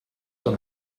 dann